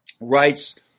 writes